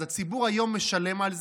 אז הציבור היום משלם על זה,